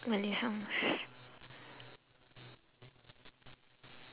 malay songs